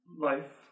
life